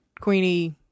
Queenie